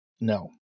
no